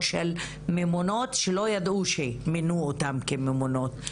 של ממונות שלא ידעו שמינו אותן כממונות.